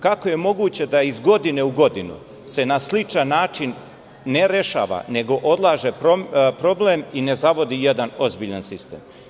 Kako je moguće da iz godine u godinuse na sličan način ne rešava, nego odlaže problem i ne zavodi jedan ozbiljan sistem?